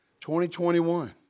2021